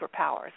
superpowers